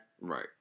Right